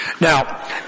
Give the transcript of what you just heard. Now